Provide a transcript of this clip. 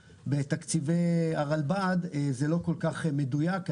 בתקציבי הרלב"ד זה לא כל כך מדויק,